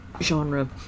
genre